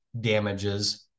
damages